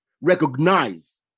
Recognize